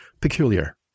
peculiar